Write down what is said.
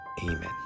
Amen